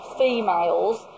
females